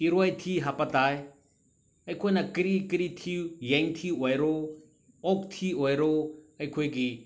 ꯏꯔꯣꯏ ꯊꯤ ꯍꯥꯞꯄ ꯇꯥꯏ ꯑꯩꯈꯣꯏꯅ ꯀꯔꯤ ꯀꯔꯤ ꯊꯤ ꯌꯦꯟꯊꯤ ꯑꯣꯏꯔꯣ ꯑꯣꯛꯊꯤ ꯑꯣꯏꯔꯣ ꯑꯩꯈꯣꯏꯒꯤ